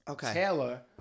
Taylor